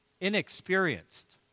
inexperienced